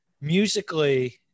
musically